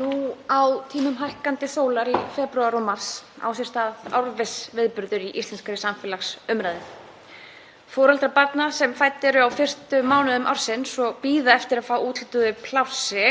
Nú á tímum hækkandi sólar í febrúar og mars á sér stað árviss viðburður í íslenskri samfélagsumræðu. Foreldrar barna sem fædd eru á fyrstu mánuðum ársins og bíða eftir að fá úthlutað plássi,